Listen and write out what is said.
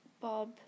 Bob